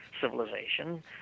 civilization